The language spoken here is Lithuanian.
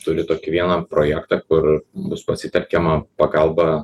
turi tokį vieną projektą kur bus pasitelkiama pagalba